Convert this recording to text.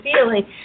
feeling